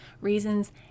reasons